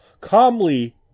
calmly